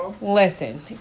Listen